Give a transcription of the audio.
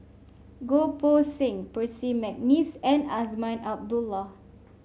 Goh Poh Seng Percy McNeice and Azman Abdullah